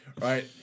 right